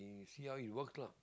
see how it works lah